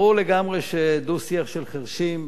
ברור לגמרי שדו-שיח של חירשים,